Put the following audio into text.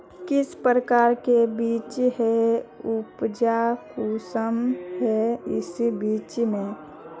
किस प्रकार के बीज है उपज कुंसम है इस बीज में?